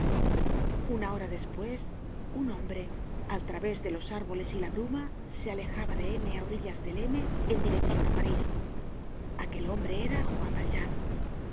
una hora despues un hombre al través de los árboles y la bruma se alejaba de m á orillas del m en direccion de parís aquel hombre era juan valjean